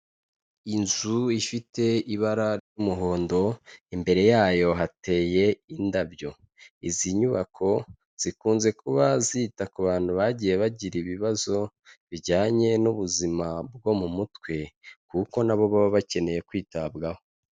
Inzu ifite ibara ry'umuhondo imbere yayo hateye indabyo, izi nyubako zikunze kuba zita ku bantu bagiye bagira ibibazo bijyanye n'ubuzima bwo mu mutwe kuko nabo baba bakeneye kwitabwaho.